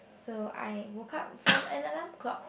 so I woke up from an alarm clock